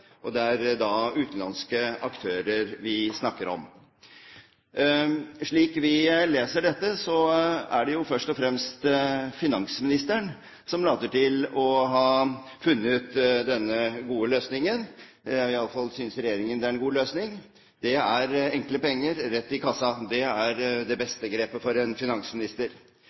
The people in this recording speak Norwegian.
og det er da utenlandske aktører vi snakker om. Slik vi leser dette, er det jo først og fremst finansministeren som later til å ha funnet denne gode løsningen – iallfall synes regjeringen det er en god løsning – det er enkle penger rett i kassa. Det er det beste grepet for en finansminister.